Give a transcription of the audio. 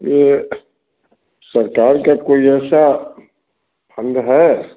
यह सरकार का कोई ऐसा फंड है